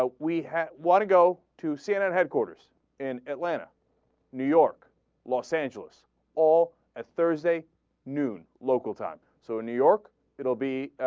ah we have wanna go to c n n headquarters and atlanta new york los angeles as thursday new local time so in new york it'll be ah.